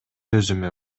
өзүмө